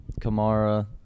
Kamara